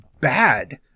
bad